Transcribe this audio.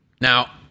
now